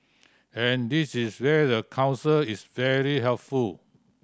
and this is where the Council is very helpful